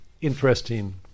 interesting